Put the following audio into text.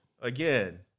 again